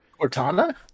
Cortana